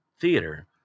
theater